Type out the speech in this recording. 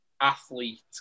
athlete